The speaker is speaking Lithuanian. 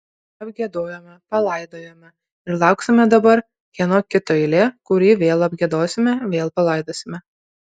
apgiedojome palaidojome ir lauksime dabar kieno kito eilė kurį vėl apgiedosime vėl palaidosime